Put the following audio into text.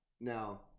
Now